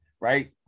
right